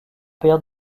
père